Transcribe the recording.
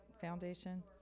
foundation